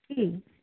की